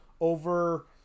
over